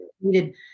needed